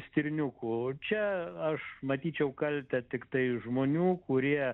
stirniukų čia aš matyčiau kaltę tiktai žmonių kurie